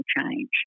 change